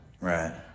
Right